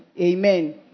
Amen